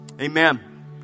Amen